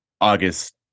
August